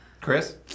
Chris